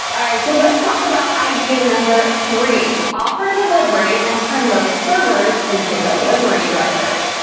all right, so let's talk about idea number three. offer delivery and turn those servers into delivery drivers.